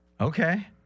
Okay